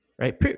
right